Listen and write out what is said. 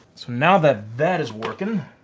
so now that that is working,